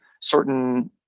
certain